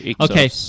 Okay